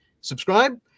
Subscribe